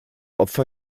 opfer